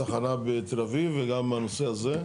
תחנה בתל אביב וגם הנושא הזה,